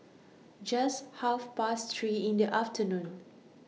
Just Half Past three in The afternoon